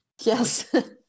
Yes